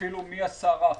אפילו מי השר האחראי,